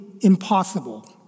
impossible